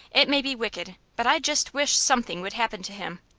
it may be wicked, but i just wish something would happen to him.